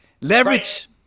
Leverage